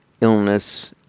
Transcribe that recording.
illness